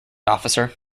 officer